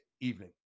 evening